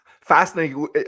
Fascinating